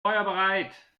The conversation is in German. feuerbereit